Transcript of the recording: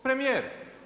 Premijer.